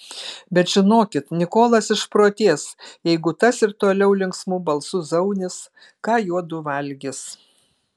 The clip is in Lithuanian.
bet žinokit nikolas išprotės jeigu tas ir toliau linksmu balsu zaunys ką juodu valgys